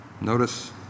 Notice